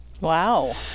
Wow